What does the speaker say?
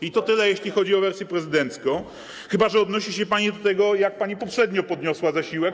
I to tyle, jeśli chodzi o wersję prezydencką, chyba że odnosi się pani do tego, jak pani poprzednio podniosła zasiłek.